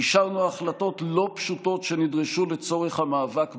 אישרנו החלטות לא פשוטות שנדרשו לצורך המאבק בנגיף,